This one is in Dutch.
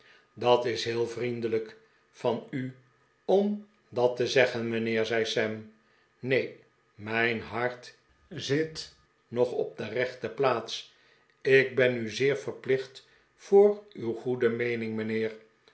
dat is heel vriendelijk van u om dat te zeggen mijnheer zei sam neen mijn hart zit nog op de rechte plaats ik ben u zeer verplicht voor uw goede meening mijnheer